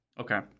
Okay